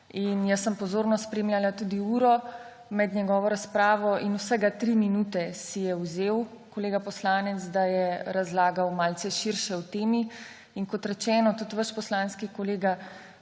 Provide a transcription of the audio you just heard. Jaz sem pozorno spremljala tudi uro med njegovo razpravo in vsega 3 minute si je vzel kolega poslanec, da je razlagal malce širše o temi. In kot rečeno, tudi vaš poslanski kolega